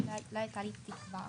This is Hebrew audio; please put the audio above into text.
לא הייתה לי תקווה